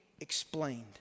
explained